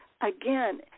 Again